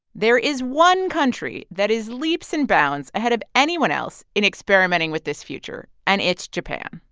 there is one country that is leaps and bounds ahead of anyone else in experimenting with this future. and it's japan.